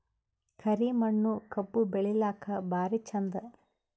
ಕರಿ ಮಣ್ಣು ಕಬ್ಬು ಬೆಳಿಲ್ಲಾಕ ಭಾರಿ ಚಂದ?